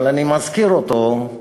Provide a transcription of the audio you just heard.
אבל אני מזכיר אותו,